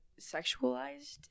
sexualized